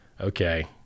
Okay